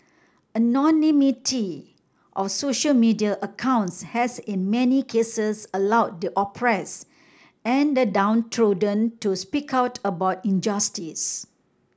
anonymity of social media accounts has in many cases allowed the oppress and the downtrodden to speak out about injustice